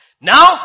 now